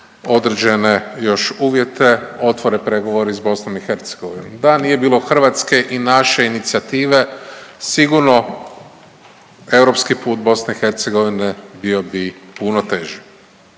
određene još uvjete otvore pregovori s Bosnom i Hercegovinom. Da nije bilo Hrvatske i naše inicijative sigurno europski put Bosne i Hercegovine bio bi puno teži.